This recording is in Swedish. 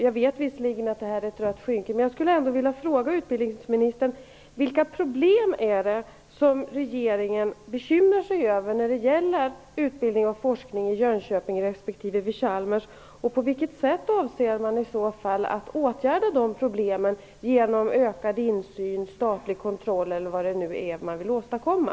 Jag vet visserligen att detta är ett rött skynke, men jag skulle ändå vilja fråga utbildningsministern vilka problem det är som regeringen bekymrar sig över när det gäller utbildning och forskning i Jönköping respektive vid Chalmers och på vilket sätt man i så fall avser att åtgärda dessa problem genom ökad insyn, statlig kontroll eller vad det nu är man vill åstadkomma.